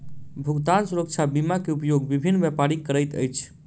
भुगतान सुरक्षा बीमा के उपयोग विभिन्न व्यापारी करैत अछि